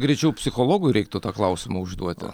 greičiau psichologui reiktų tą klausimą užduoti